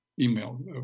email